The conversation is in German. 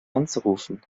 anzurufen